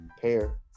pair